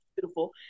beautiful